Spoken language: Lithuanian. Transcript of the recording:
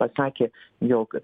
pasakė jog